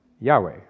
Yahweh